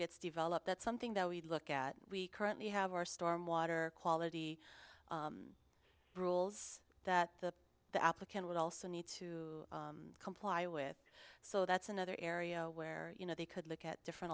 forgets develop that's something that we look at we currently have our storm water quality rules that the the applicant would also need to comply with so that's another area where you know they could look at different